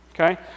Okay